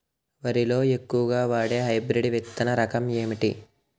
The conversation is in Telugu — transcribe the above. వరి లో ఎక్కువుగా వాడే హైబ్రిడ్ విత్తన రకం ఏంటి?